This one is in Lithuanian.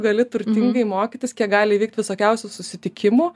gali turtingai mokytis kiek gali įvykt visokiausių susitikimų